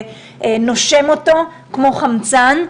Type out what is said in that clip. ונושם אותו כמו חמצן.